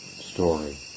story